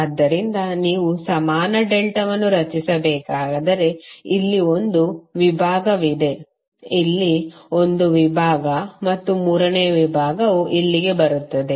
ಆದ್ದರಿಂದ ನೀವು ಸಮಾನ ಡೆಲ್ಟಾವನ್ನು ರಚಿಸಬೇಕಾದರೆ ಇಲ್ಲಿ ಒಂದು ವಿಭಾಗವಿದೆ ಇಲ್ಲಿ ಒಂದು ವಿಭಾಗ ಮತ್ತು ಮೂರನೇ ವಿಭಾಗವು ಇಲ್ಲಿಗೆ ಬರುತ್ತದೆ